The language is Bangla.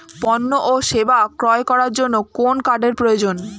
পণ্য ও সেবা ক্রয় করার জন্য কোন কার্ডের প্রয়োজন?